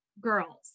Girls